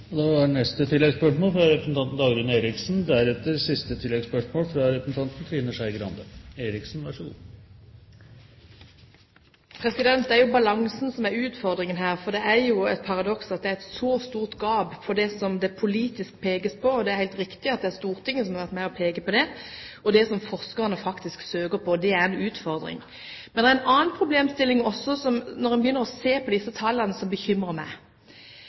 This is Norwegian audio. Eriksen – til oppfølgingsspørsmål. Det er jo balansen som er utfordringen her, for det er et paradoks at det er et så stort gap mellom det som det politisk pekes på – det er helt riktig at Stortinget har vært med og pekt på det – og det som forskerne faktisk søker om. Det er en utfordring. Men det er også en annen problemstilling som, når en begynner å se på tallene, bekymrer meg.